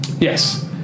Yes